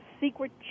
secret